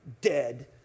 dead